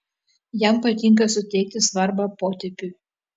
jam patinka suteikti svarbą potėpiui